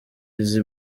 eazzy